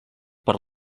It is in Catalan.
per